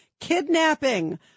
kidnapping